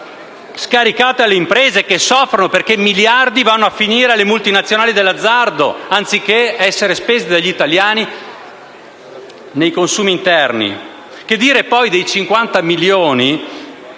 "scaricate" alle imprese che soffrono perché miliardi vanno a finire alle multinazionali dell'azzardo anziché essere spesi dagli italiani nei consumi interni. Che dire, poi, dei 50 milioni